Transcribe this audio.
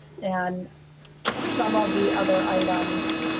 and some of the other items,